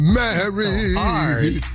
married